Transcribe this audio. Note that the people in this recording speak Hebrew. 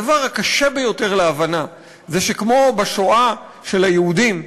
הדבר הקשה ביותר להבנה זה שכמו בשואה של היהודים,